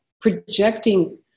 projecting